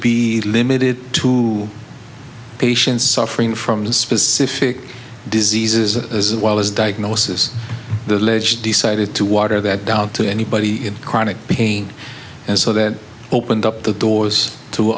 be limited to patients suffering from specific diseases as well as diagnosis the ledge decided to water that down to anybody in chronic pain and so that opened up the doors to